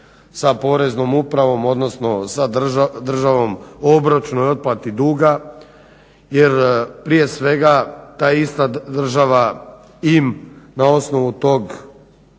sa Poreznom upravom, odnosno sa državom o obročnoj otplati duga jer prije svega ta ista država im na osnovu tog